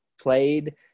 played